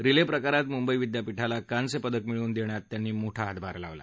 relay प्रकारात मुंबई विद्यापीठाला कांस्य पदक मिळवून देण्यात त्यांनी मोठा हातभार लावला